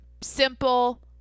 Simple